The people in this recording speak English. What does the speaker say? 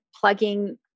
plugging